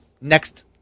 next